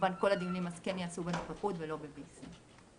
כל הדיונים ייעשו בנוחות ולא ב-VC.